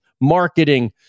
marketing